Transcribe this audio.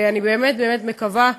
אני באמת באמת מקווה,